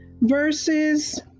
verses